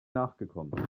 nachgekommen